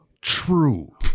true